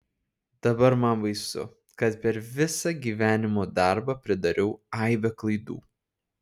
dabar man baisu kad per visą gyvenimo darbą pridariau aibę klaidų